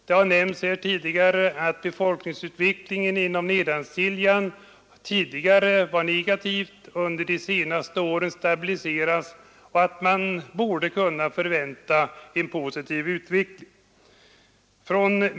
Det har nämnts här tidigare att befolkningsutvecklingen inom Nedansiljan tidigare var negativ, att den under de senaste åren stabiliserats och att man borde kunna förvänta en positiv utveckling.